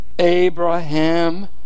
Abraham